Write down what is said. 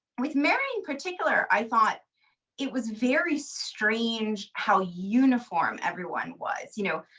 with mary in particular, i thought it was very strange how uniform everyone was. you know,